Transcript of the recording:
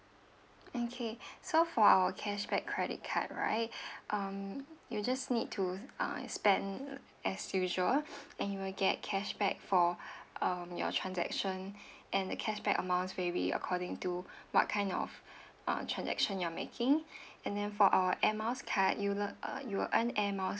okay so for our cashback credit card right um you just need to uh spend as usual and you will get cashback for um your transaction and the cashback amounts vary according to what kind of uh transaction you are making and then for our air miles card you will learn you will earn air miles